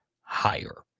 higher